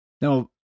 Now